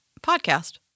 Podcast